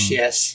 yes